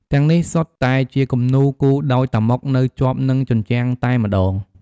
ទាំងនេះសុទ្ធតែជាគំនូរគូរដោយតាម៉ុកនៅជាប់នឹងជញ្ជាំងតែម្ដង។